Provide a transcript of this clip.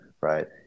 right